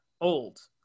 old